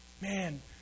Man